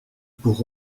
pour